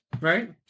Right